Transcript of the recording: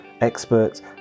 experts